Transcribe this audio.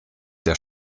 der